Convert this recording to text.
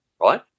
right